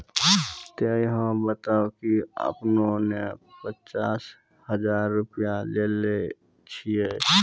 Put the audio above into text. ते अहाँ बता की आपने ने पचास हजार रु लिए छिए?